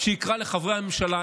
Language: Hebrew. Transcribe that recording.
שיקרא לחברי הממשלה,